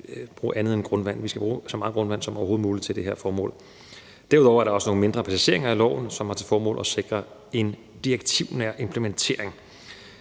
bruge andet end grundvand. Vi skal bruge så meget grundvand som overhovedet muligt til det her formål. Derudover er der også nogle mindre præciseringer i lovforslaget, som har til formål at sikre en direktivnær implementering.